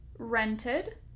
Rented